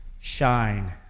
Shine